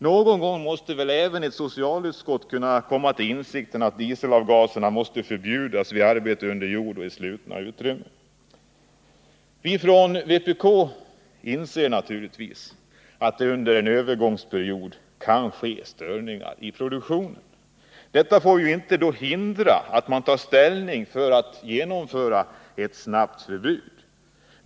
Någon gång måste väl även socialutskottet kunna komma till insikt om att dieseldrift måste förbjudas vid arbete under jord och i slutna utrymmen. Vi inom vpk inser naturligtvis att det under en övergångsperiod kan förekomma störningar i produktionen. Detta får emellertid inte hindra att man tar ställning för att snabbt genomföra ett förbud.